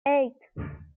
eight